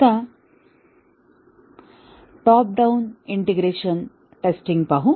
आता top down integration testing पाहू